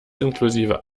inklusive